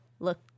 Look